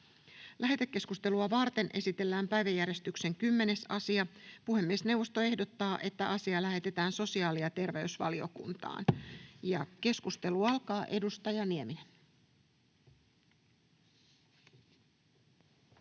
Lähetekeskustelua varten esitellään päiväjärjestyksen 10. asia. Puhemiesneuvosto ehdottaa, että asia lähetetään sosiaali- ja terveysvaliokuntaan. — Keskustelu alkaa. Edustaja Nieminen.